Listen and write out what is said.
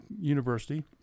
university